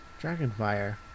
Dragonfire